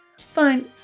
fine